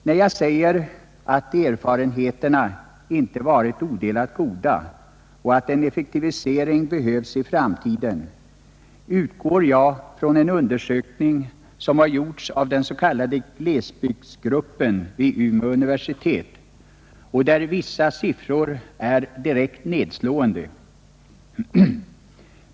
När jag säger att erfarenheterna inte varit odelat goda och att en effektivisering behövs i framtiden, utgår jag från en undersökning som gjorts av den s.k. glesbygdsgruppen vid Umeå universitet och där vissa siffror är direkt nedslående.